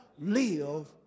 live